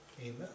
Amen